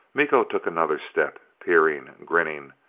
miko took another step. peering. grinning.